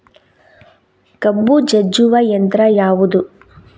ಕಬ್ಬು ಜಜ್ಜುವ ಯಂತ್ರ ಯಾವುದು?